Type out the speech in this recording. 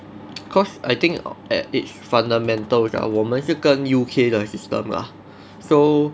because I think at each fundamentals ah 我们是跟 U_K 的 system lah so